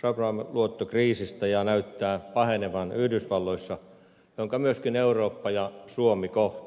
subprime luottokriisistä ja näyttää pahenevan yhdysvalloissa ja jonka myöskin eurooppa ja suomi kohtaa